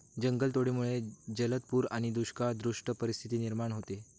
जंगलतोडीमुळे जलद पूर आणि दुष्काळसदृश परिस्थिती निर्माण होते